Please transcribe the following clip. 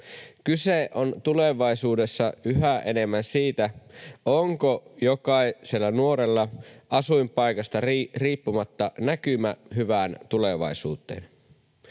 Kyse on tulevaisuudessa yhä enemmän siitä, onko jokaisella nuorella asuinpaikasta riippumatta näkymä hyvään tulevaisuuteen.